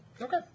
okay